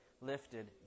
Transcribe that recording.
lifted